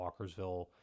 Walkersville